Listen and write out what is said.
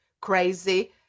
crazy